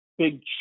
big